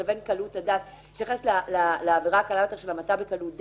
ובין קלות הדעת שנכנסת לעבירה קלה יותר של המתה בקלות דעת,